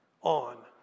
on